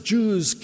Jews